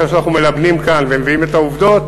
אחרי שאנחנו מלבנים כאן ומביאים את העובדות?